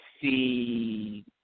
see